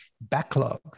backlog